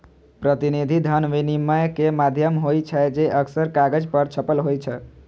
प्रतिनिधि धन विनिमय के माध्यम होइ छै, जे अक्सर कागज पर छपल होइ छै